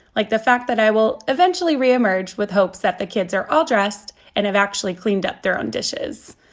like the fact that i will eventually reemerge with hopes that the kids are all dressed and have actually cleaned up their own dishes.